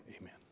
Amen